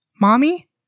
mommy